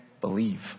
believe